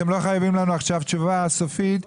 אתם לא חייבים לנו עכשיו תשובה סופית,